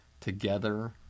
Together